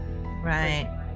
right